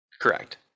Correct